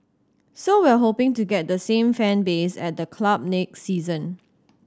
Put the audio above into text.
so we're hoping to get the same fan base at the club next season